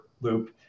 loop